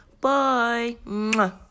bye